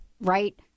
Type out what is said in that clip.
Right